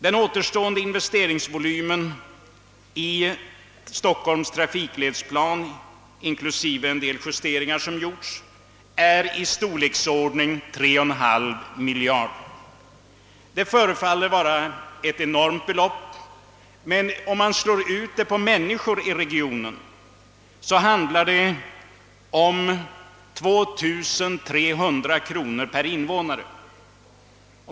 Den återstående investeringsvolymen enligt Stockholms trafikledsplan, inklusive en del justeringar som har gjorts, är av storleksordningen 3,5 miljarder kronor. Det förefaller vara ett enormt belopp, men om man slår ut det på antalet människor i regionen finner man att det handlar om 2300 kronor per invånare.